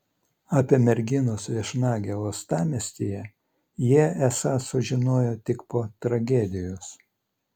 apie merginos viešnagę uostamiestyje jie esą sužinojo tik po tragedijos